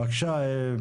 בבקשה.